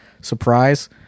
surprise